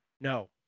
No